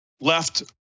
left